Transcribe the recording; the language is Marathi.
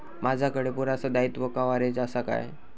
माजाकडे पुरासा दाईत्वा कव्हारेज असा काय?